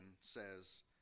says